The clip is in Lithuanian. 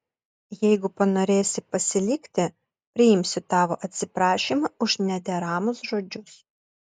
jeigu panorėsi pasilikti priimsiu tavo atsiprašymą už nederamus žodžius